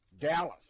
Dallas